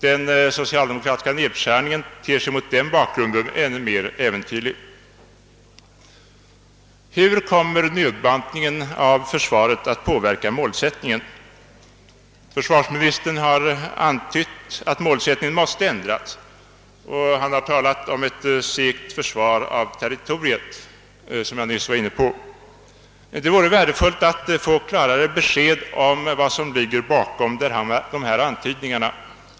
Den socialdemokratiska nedskärningen ter sig mot den bakgrunden ännu mer äventyrlig. Hur kommer nedbantningen av försvaret att påverka målsättningen? Försvarsministern har antytt att målsättningen måste ändras, och han har talat om ett segt försvar av territoriet. Det vore värdefullt att få ett klarare besked. om vad som ligger bakom dessa antydningar.